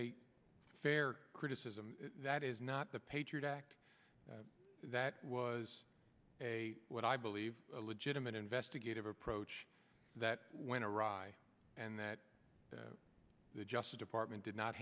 a fair criticism that is not the patriot act that was a what i believe a legitimate investigative approach that when iraq and that the justice department did not